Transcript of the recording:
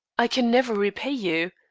i can never repay you,